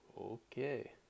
okay